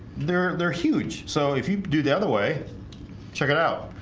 there they're huge so if you do the other way check it out.